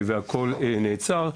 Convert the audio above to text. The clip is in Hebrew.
והכול נעצר,